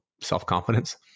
self-confidence